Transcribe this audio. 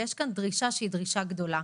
ויש כאן דרישה גדולה.